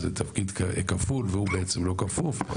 זה תפקיד כפול והוא בעצם לא כפוף.